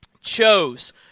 chose